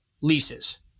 leases